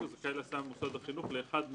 ממוסד החינוך לאחד מהשניים,